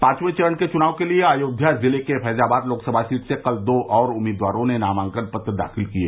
पांचवें चरण के चुनाव के लिये अयोध्या जिले की फैंज़ाबाद लोकसभा सीट से कल दो और उम्मीदवारों ने नामांकन पत्र दाखिल किये